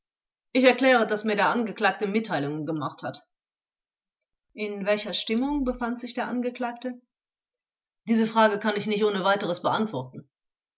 ich erkläre daß mir der angeklagte mitteilungen gemacht hat vors in welcher stimmung befand sich der angeklagte zeuge diese frage kann ich nicht ohne weiteres beantworten